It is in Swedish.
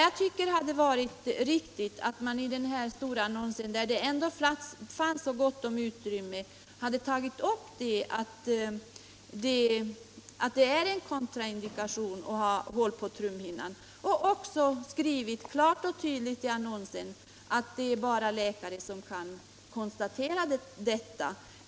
Jag tycker att man i den här stora annnonsen, där det ändå fanns så gott om utrymme, borde ha nämnt att hål på trumhinnan är en kontraindikation och skrivit klart och tydligt att bara läkare kan konstatera om hål på trumhinnan föreligger.